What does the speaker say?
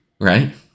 right